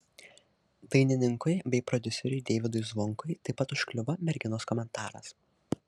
dainininkui bei prodiuseriui deivydui zvonkui taip pat užkliuvo merginos komentaras